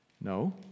No